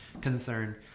concern